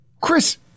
Chris